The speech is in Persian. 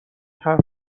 حرف